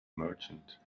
merchant